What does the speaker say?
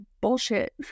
bullshit